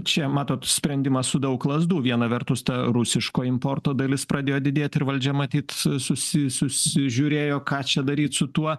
čia matot sprendimą su daug lazdų viena vertus ta rusiško importo dalis pradėjo didėti ir valdžia matyt su susi susižiūrėjo ką čia daryt su tuo